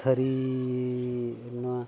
ᱛᱷᱟᱹᱨᱤᱻ ᱱᱚᱣᱟ